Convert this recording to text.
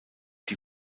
die